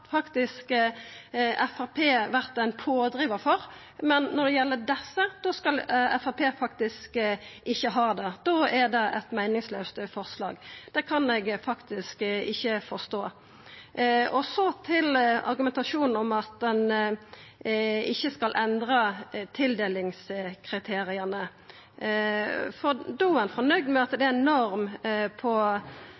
faktisk Framstegspartiet vore ein pådrivar for. Men når det gjeld desse, skal Framstegspartiet ikkje ha det. Da er det eit meiningslaust forslag. Det kan eg faktisk ikkje forstå. Så til argumentasjonen om at ein ikkje skal endra tildelingskriteria. Da er ein fornøgd med at det